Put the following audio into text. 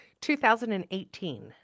2018